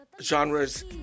genres